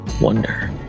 Wonder